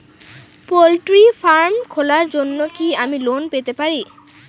Poultry farm খোলার জন্য কি আমি লোন পেতে পারি?